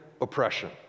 oppression